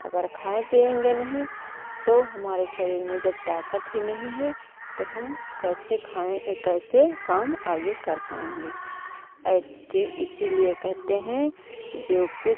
अगर खाए पिएंगे नहीं तो हमारे शरीर में जब ताकत ही नहीं है तो हम कैसे खाएं कैसे काम आगे कर पाएंगे औ तो इसीलिए कहते हैं जो कुछ